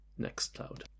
Nextcloud